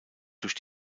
durch